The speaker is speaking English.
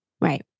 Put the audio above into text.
Right